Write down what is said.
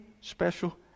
special